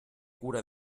cura